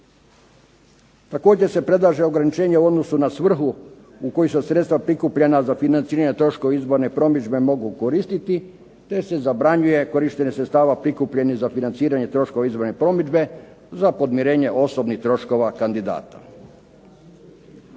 Također se predlaže ograničenje u odnosu na svrhu u kojoj su sredstva prikupljena za financiranje troškova izborne promidžbe mogu koristiti, te se zabranjuje korištenje sredstava prikupljenih za financiranje troškova izborne promidžbe, za podmirenje osobnih troškova kandidata.l